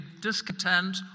discontent